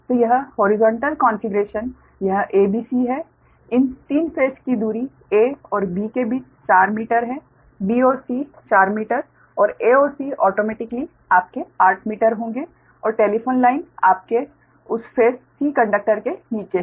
तो यह horizontal configuration यह a b c है इन 3 फेस की दूरी a और b के बीच 4 मीटर है b और c 4 मीटर और a और c ऑटोमेटिकली आपके 8 मीटर होंगे और टेलीफोन लाइन आपके उस फेस c कंडक्टर के नीचे है